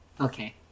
Okay